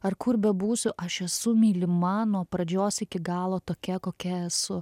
ar kur bebūsiu aš esu mylima nuo pradžios iki galo tokia kokia esu